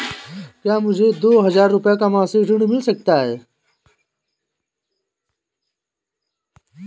क्या मुझे दो हजार रूपए का मासिक ऋण मिल सकता है?